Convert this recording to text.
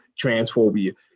transphobia